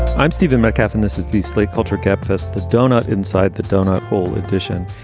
i'm stephen metcalf, and this is the slate culture kept fest. the doughnut inside the doughnut hole edition.